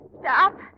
Stop